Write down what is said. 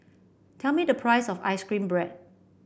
tell me the price of ice cream bread